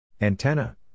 Antenna